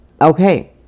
Okay